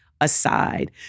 aside